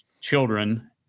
children